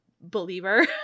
believer